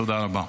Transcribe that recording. תודה רבה.